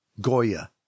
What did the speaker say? Goya